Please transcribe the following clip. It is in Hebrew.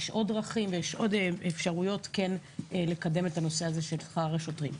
יש עוד דרכים ויש עוד אפשרויות לקדם את הנושא הזה של שכר השוטרים.